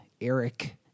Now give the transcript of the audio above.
Eric